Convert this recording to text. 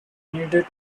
needed